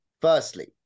Firstly